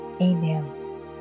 amen